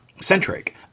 centric